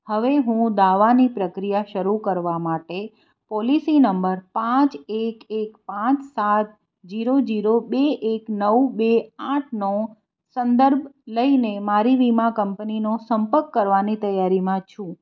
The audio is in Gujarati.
હવે હું દાવાની પ્રક્રિયા શરૂ કરવા માટે પોલિસી નંબર પાંચ એક એક પાંચ સાત જીરો જીરો બે એક નવ બે આઠનો સંદર્ભ લઇને મારી વીમા કંપનીનો સંપર્ક કરવાની તૈયારીમાં છું